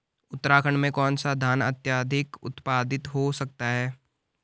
उत्तराखंड में कौन सा धान अत्याधिक उत्पादित हो सकता है?